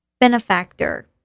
benefactor